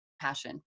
passion